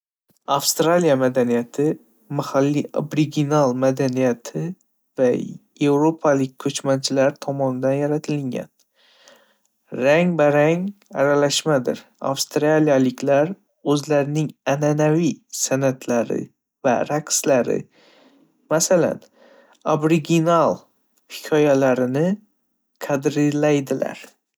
﻿Avstraliya madaniyati, mahalliy aboriginal madaniyati va yevropalik ko'chmanchilar tomonidan yaratilgan. Rang barang aralashmadir. Avstriyaliklar oʻzlarining ananaviy sanʼatlari va raqslari, masalan, aboriginal hikoyalarini qadrlaydilar.